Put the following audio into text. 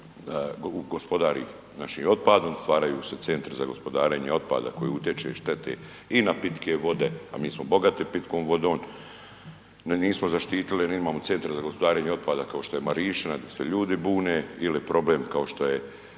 gospodari našim otpadom, stvaraju se centri za gospodarenje otpada koji utječe i štete i na pitke vode, a mi smo bogati pitkom vodom, mi nismo zaštitili jer imamo centar za gospodarenje otpada kao što je Marišćina gdje se ljudi bune ili problem kao što je